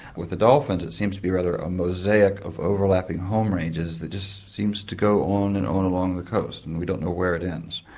with the dolphins it seems to be rather a mosaic of overlapping home ranges that just seems to go on and on along the coast and we don't know where it ends.